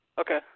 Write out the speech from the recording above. Okay